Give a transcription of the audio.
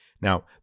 Now